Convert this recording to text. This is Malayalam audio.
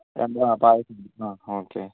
അല്ല പായസം ഉണ്ട് ആ ഓക്കെ